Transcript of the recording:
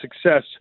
success